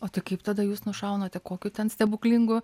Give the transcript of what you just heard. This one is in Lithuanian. o tai kaip tada jūs nušaunate kokiu ten stebuklingu